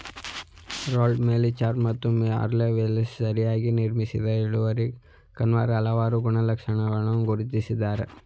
Ronald Melichar ಮತ್ತು Merle Welshons ಸರಿಯಾಗಿ ನಿರ್ಮಿಸಿದ ಇಳುವರಿ ಕರ್ವಾನ ಹಲವಾರು ಗುಣಲಕ್ಷಣಗಳನ್ನ ಗುರ್ತಿಸಿದ್ದಾರೆ